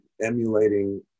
emulating